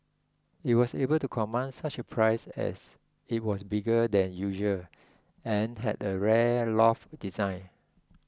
it was able to command such a price as it was bigger than usual and had a rare loft design